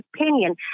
opinion